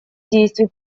действий